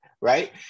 right